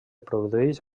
produeix